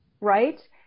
right